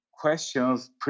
questions